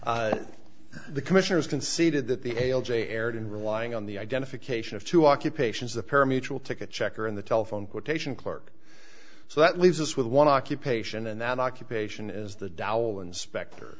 rodeo the commissioners conceded that the hail j erred in relying on the identification of two occupations the pair mutual ticket checker and the telephone quotation clerk so that leaves us with one occupation and that occupation is the dowel inspector